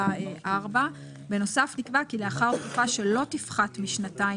ארבע שנים: "בנוסף נקבע כי לאחר תקופה שלא תפחת משנתיים